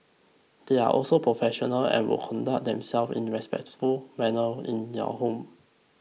they are also professional and will conduct themselves in respectful manner in your home